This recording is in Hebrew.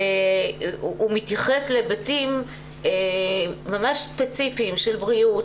הוא מתייחס להיבטים ממש ספציפיים של בריאות,